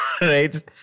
right